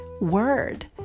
word